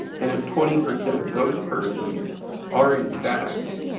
and if twenty percent of those persons are in fact